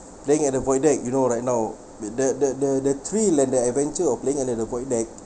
playing at the void deck you know right now with the the the the three and the adventure were playing under the void deck